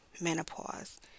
menopause